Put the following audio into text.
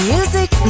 Music